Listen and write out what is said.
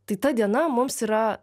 tai ta diena mums yra